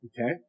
Okay